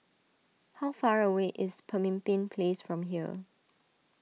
how far away is Pemimpin Place from here